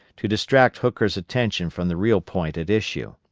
to distract hooker's attention from the real point at issue.